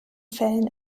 fällen